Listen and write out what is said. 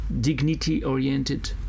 dignity-oriented